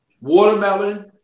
watermelon